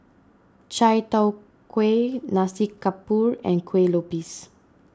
Chai Tow Kuay Nasi Campur and Kueh Lupis